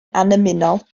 annymunol